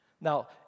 Now